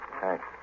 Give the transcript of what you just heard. Thanks